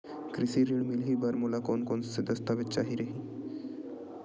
कृषि ऋण मिलही बर मोला कोन कोन स दस्तावेज चाही रही?